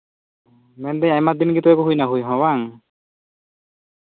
ᱢᱮᱱᱫᱟᱹᱧ ᱟᱭᱢᱟ ᱫᱤᱱᱜᱮ ᱛᱚᱵᱮ ᱦᱩᱭ ᱦᱚᱸ ᱦᱩᱭᱱᱟ ᱵᱟᱝ